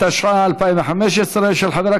שתהיה השרה הראשונה שמוציאים מהאולם עם ההתנהגות הזאת.